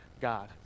God